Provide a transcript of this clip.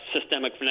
systemic